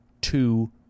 two